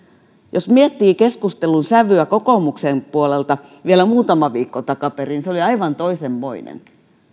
jos miettii keskustelun sävyä kokoomuksen puolelta vielä muutama viikko takaperin niin se oli aivan toisenmoinen